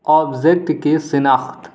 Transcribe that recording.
object کی شناخت